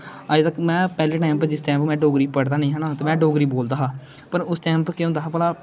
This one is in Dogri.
अजे तक में डोगरी पढ़दा नेई हा ना में डोगरी बोलदा हां पर उस टाइम उप्पर केह् होंदा हा बला